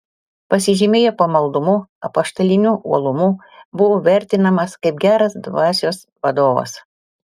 pasižymėjo pamaldumu apaštaliniu uolumu buvo vertinamas kaip geras dvasios vadovas